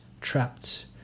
trapped